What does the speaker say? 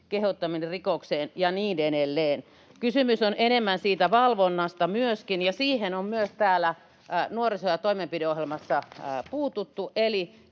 kehottaminen rikokseen ja niin edelleen. Kysymys on enemmän myöskin siitä valvonnasta, ja siihen on myös täällä toimenpideohjelmassa puututtu,